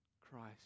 Christ